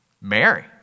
Mary